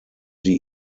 sie